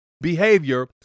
behavior